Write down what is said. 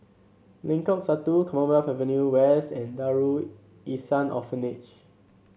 Lengkong Satu Commonwealth Avenue West and Darul Ihsan Orphanage